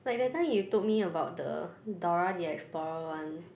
like that time you told me about the Dora-the-Explorer one